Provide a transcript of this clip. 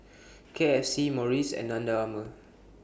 K F C Morries and Under Armour